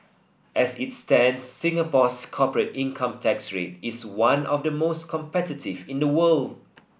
as it stands Singapore's corporate income tax rate is one of the most competitive in the world